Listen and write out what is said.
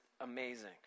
amazing